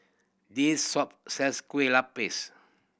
this shop sells kue lupis